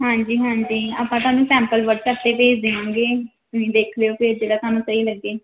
ਹਾਂਜੀ ਹਾਂਜੀ ਆਪਾਂ ਤੁਹਾਨੂੰ ਸੈਂਪਲ ਵਟਸਐਪ 'ਤੇ ਭੇਜ ਦਿਆਂਗੇ ਤੁਸੀਂ ਦੇਖ ਲਿਓ ਕਿ ਜਿਹੜਾ ਤੁਹਾਨੂੰ ਸਹੀ ਲੱਗੇ